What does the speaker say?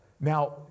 Now